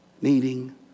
Needing